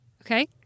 okay